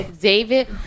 David